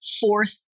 fourth